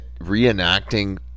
Reenacting